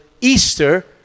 Easter